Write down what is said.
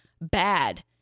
bad